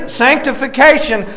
sanctification